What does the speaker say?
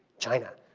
china,